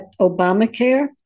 Obamacare